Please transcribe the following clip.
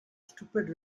stupid